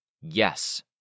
Yes